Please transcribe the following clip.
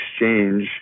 exchange